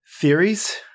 theories